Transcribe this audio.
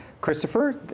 Christopher